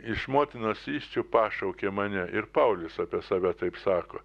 iš motinos įsčių pašaukė mane ir paulius apie save taip sako